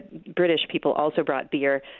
british people also brought beer,